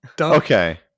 Okay